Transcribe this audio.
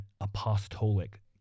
apostolic